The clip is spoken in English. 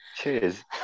Cheers